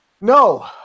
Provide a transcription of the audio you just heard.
no